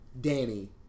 Danny